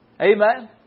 Amen